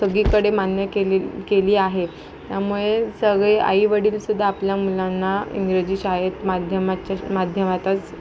सगळीकडे मान्य केले केली आहे त्यामुळे सगळे आईवडीलसुद्धा आपल्या मुलांना इंग्रजी शाळेत माध्यमाच्या माध्यमातच